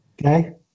Okay